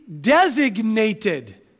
designated